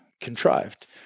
contrived